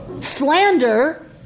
Slander